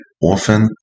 often